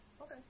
Okay